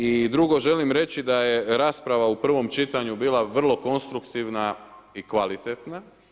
I drugo, želim reći da je rasprava u prvom čitanju bila vrlo konstruktivna i kvalitetna.